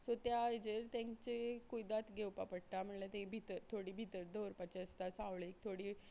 so त्या हेजेर तांचे कुयदांत घेवपा पडटा म्हणल्यार तें भितर थोडी भितर दवरपाची आसता सावळेक थोडी